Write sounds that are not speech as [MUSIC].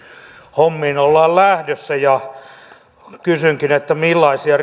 hommiin ollaan lähdössä kysynkin millaisia [UNINTELLIGIBLE]